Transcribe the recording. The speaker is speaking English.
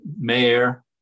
mayor